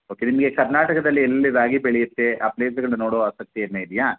okay ನಿಮಗೆ ಕರ್ನಾಟಕದಲ್ಲಿ ಎಲ್ಲಿ ರಾಗಿ ಬೆಳೆಯುತ್ತೆ ಆ ಪ್ಲೇಸ್ಗಳನ್ನು ನೋಡೋ ಆಸಕ್ತಿ ಏನು ಇದೆಯಾ